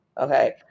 Okay